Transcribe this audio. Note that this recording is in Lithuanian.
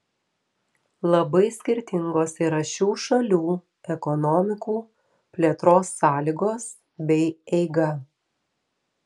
labai skirtingos yra šių šalių ekonomikų plėtros sąlygos bei eiga